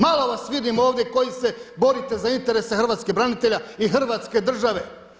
Malo vas vidim ovdje koji se borite za interese hrvatskih branitelja i Hrvatske države.